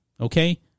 Okay